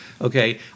okay